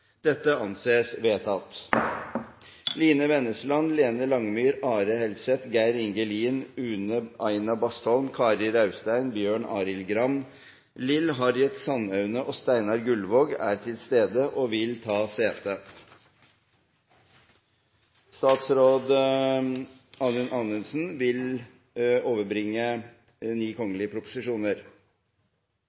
Line Vennesland, Lene Langemyr, Are Helseth, Geir Inge Lien, Une Aina Bastholm, Kari Raustein, Bjørn Arild Gram, Lill Harriet Sandaune og Steinar Gullvåg er til stede og vil ta sete.